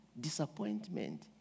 disappointment